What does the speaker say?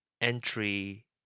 entry